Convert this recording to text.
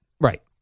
Right